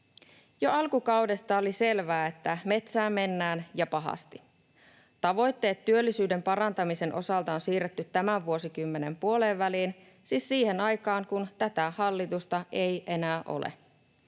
Jo alkukaudesta oli selvää, että metsään mennään ja pahasti. Tavoitteet työllisyyden parantamisen osalta on siirretty tämän vuosikymmenen puoleenväliin, siis siihen aikaan, kun tätä hallitusta ei enää ole.